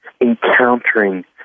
encountering